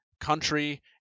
country